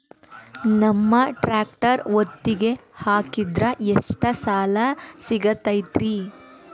ನಮ್ಮ ಟ್ರ್ಯಾಕ್ಟರ್ ಒತ್ತಿಗೆ ಹಾಕಿದ್ರ ಎಷ್ಟ ಸಾಲ ಸಿಗತೈತ್ರಿ?